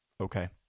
okay